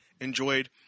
enjoyed